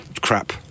Crap